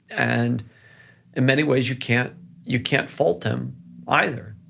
and in many ways, you can't you can't fault them either,